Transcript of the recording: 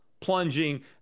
Plunging